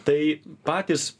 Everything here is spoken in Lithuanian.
tai patys